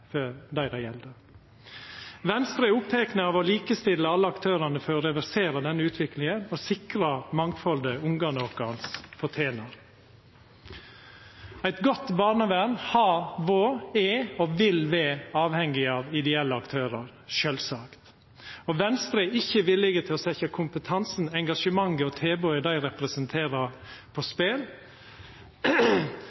for dei det gjeld. Venstre er oppteke av å likestilla alle aktørane for å reversera denne utviklinga og sikra mangfaldet ungane våre fortener. Eit godt barnevern har vore, er og vil vera avhengig av ideelle aktørar – sjølvsagt. Venstre er ikkje villige til å setja kompetansen, engasjementet og tilbodet ein representerer på